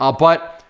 ah but,